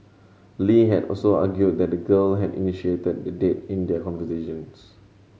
Lee had also argued that the girl had initiated the date in their conversations